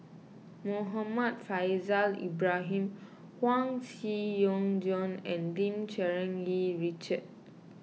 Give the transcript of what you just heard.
Muhammad Faishal Ibrahim Huang Joan and Lim Cherng Yih Richard